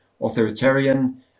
authoritarian